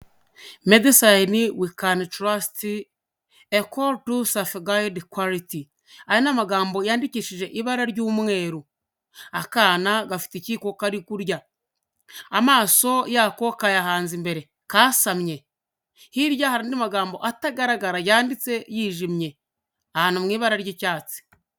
Medecines we can trust: A call to a safeguard quality. Aya ni amagambo yandikishije ibara ry'umweru. Akana gafite ikiyiko kari kurya, amaso yako kayahanze imbere kasamye. Hirya hari andi magambo atagaragara yanditse yijimye ahantu mu ibara ry'icyatsi.